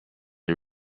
you